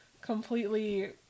completely